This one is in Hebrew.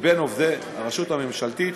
מבין עובדי הרשות הממשלתית,